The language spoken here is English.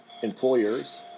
Employers